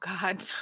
God